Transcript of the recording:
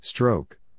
Stroke